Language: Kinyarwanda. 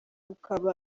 ukaba